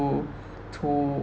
to to